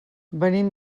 venim